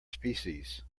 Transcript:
species